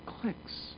clicks